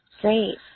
great